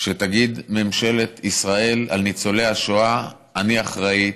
שתגיד ממשלת ישראל: על ניצולי השואה אני אחראית,